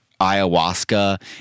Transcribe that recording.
ayahuasca